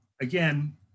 again